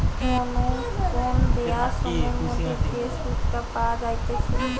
কোন দেওয়া সময়ের মধ্যে যে সুধটা পাওয়া যাইতেছে